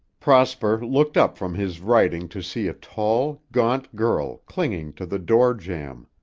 prosper looked up from his writing to see a tall, gaunt girl clinging to the door-jamb.